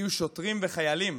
יהיו שוטרים וחיילים